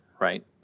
right